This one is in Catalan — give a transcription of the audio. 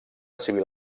civil